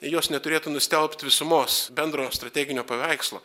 jos neturėtų nustelbt visumos bendro strateginio paveikslo